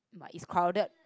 but is crowded